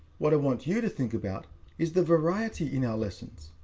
what i want you to think about is the variety in our lessons.